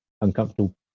uncomfortable